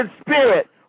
spirit